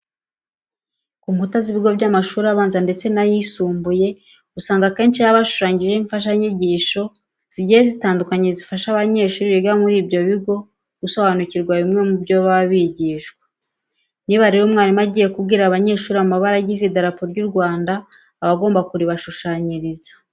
Ku nkuta z'ibigo by'amashuri abanza ndetse n'ayisumbuye usanga akensho haba hashushanyijeho imfashanyigisho ziigiye zitandukanye zifasha abanyeshuri biga muri ibyo bigo gusobanukirwea bimwe mu byo baba bigishwa. Niba rero umwarimu agiye kubwira abanyeshuri amabara agize Idarapo ry'u Rwanda, aba agomba kuribashushanyiriza.